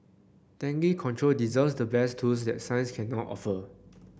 dengue control deserves the best tools that science can now offer